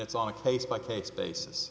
it's on a case by case basis